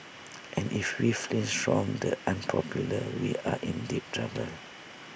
and if we flinch from the unpopular we are in deep trouble